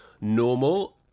normal